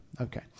okay